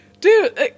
Dude